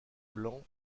blanc